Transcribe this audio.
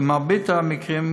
במרבית המקרים,